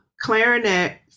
clarinet